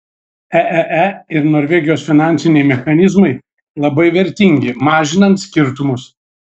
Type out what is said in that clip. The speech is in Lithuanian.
eee ir norvegijos finansiniai mechanizmai labai vertingi mažinant skirtumus